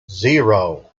zero